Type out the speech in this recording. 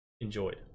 enjoyed